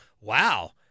wow